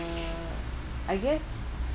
uh I guess